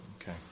Okay